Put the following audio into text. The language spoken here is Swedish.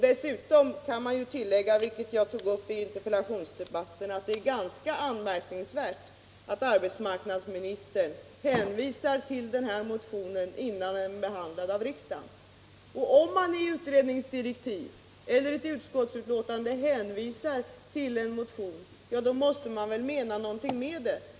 Dessutom kan man tillägga att — det sade jag också i interpellationsdebatten — det är ganska anmärkningsvärt att arbetsmarknadsministern hänvisar till den här motionen innan den är behandlad av riksdagen. Om man i utredningsdirektiv eller i ett utskottsbetänkande hänvisar till en motion, så måste man väl mena någonting med det.